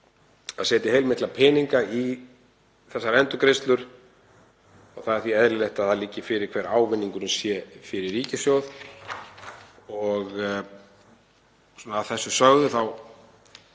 að setja heilmikla peninga í þessar endurgreiðslur og það er því eðlilegt að það liggi fyrir hver ávinningurinn er fyrir ríkissjóð. Að þessu sögðu